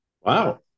Wow